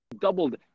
doubled